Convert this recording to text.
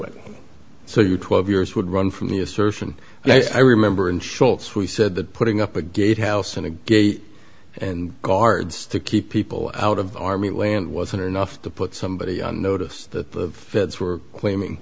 it so your twelve years would run from the assertion i remember and schultz we said that putting up a gate house and a gate and guards to keep people out of army land wasn't enough to put somebody on notice that the feds were claiming